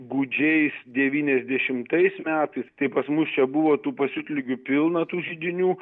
gūdžiais devyniasdešimtais metais tai pas mus čia buvo tų pasiutligių pilna tų židinių